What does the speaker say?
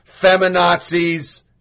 feminazis